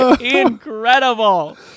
incredible